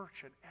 church